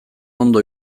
ondo